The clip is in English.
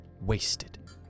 wasted